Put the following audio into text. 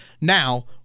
Now